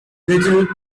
little